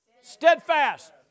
Steadfast